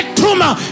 tumor